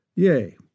Yea